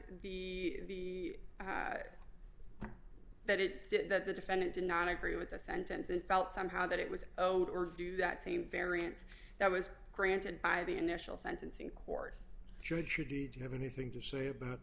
that the that it that the defendant did not agree with the sentence and felt somehow that it was own or do that same variance that was granted by the initial sentencing court judge judy do you have anything to say about